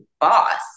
boss